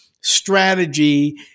strategy